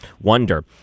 wonder—